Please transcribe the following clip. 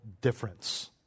difference